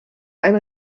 einen